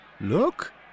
Look